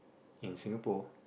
in Singapore